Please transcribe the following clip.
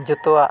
ᱡᱚᱛᱚᱣᱟᱜ